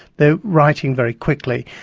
they are writing very quickly.